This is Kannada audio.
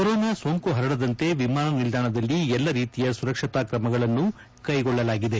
ಕೊರೋನಾ ಸೋಂಕು ಹರಡದಂತೆ ವಿಮಾನ ನಿಲ್ದಾಣದಲ್ಲಿ ಎಲ್ಲ ರೀತಿಯ ಸುರಕ್ಷಿತಾ ಕ್ರಮಗಳನ್ನು ಕೈಗೊಳ್ಳಲಾಗಿದೆ